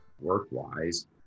work-wise